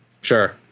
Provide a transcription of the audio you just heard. Sure